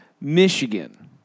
Michigan